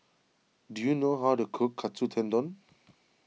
do you know how to cook Katsu Tendon